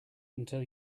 until